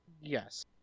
Yes